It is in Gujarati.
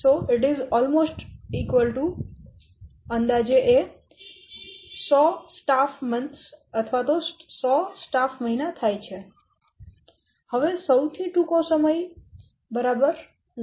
5 x 38 ≅ 100 સ્ટાફ મહિના હવે સૌથી ટૂંકો સમય 0